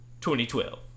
2012